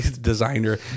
designer